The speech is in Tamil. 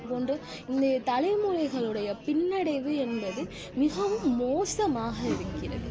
போன்ற இன்றைய தலைமுறைகளுடைய பின்னடைவு என்பது மிகவும் மோசமாக இருக்கின்றது